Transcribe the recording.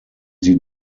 sie